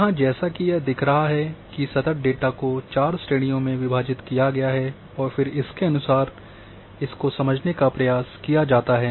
यहाँ जैसा की यह दिख रहा है कि सतत डेटा को चार श्रेणियों में विभाजित किया गया है और फिर इसके अनुसार इसको समझने का प्रयास किया जाता है